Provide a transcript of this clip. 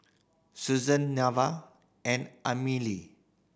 Suzan Neva and Amelie